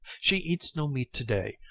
she eat no meat to-day,